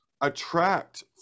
attract